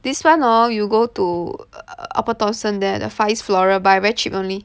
this one hor you go to err Upper Thomson there the Far Eeast floral buy very cheap only